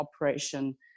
operation